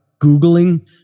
Googling